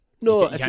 No